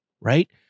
right